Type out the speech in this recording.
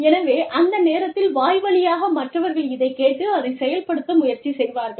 எனவே அந்த நேரத்தில் வாய் வழியாக மற்றவர்கள் இதைக் கேட்டு அதைச் செயல்படுத்த முயற்சி செய்வார்கள்